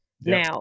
Now